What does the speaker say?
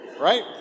right